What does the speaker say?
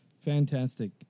fantastic